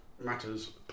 Matters